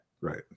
Right